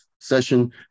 session